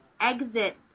exit